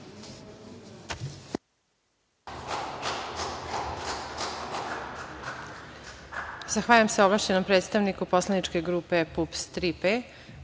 Zahvaljujem se ovlašćenom predstavniku poslaničke grupe PUPS „Tri